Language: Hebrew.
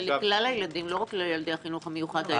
זה לכלל הילדים, לא רק לילדי החינוך המיוחד.